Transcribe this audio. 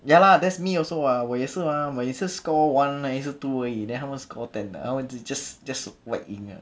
ya lah that's me also [what] 我也是吗每次 score one 还是 two 而已 then 他们 score ten 的他们 just just whack in